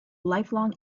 lifelong